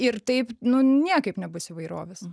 ir taip nu niekaip nebus įvairovės